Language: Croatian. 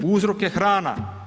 Uzrok je hrana.